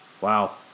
wow